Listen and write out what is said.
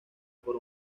por